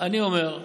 אני אומר: